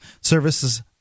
services